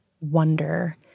wonder